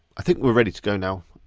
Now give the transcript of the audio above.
i think we're ready to go now.